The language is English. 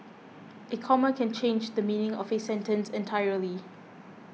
a comma can change the meaning of a sentence entirely